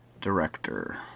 Director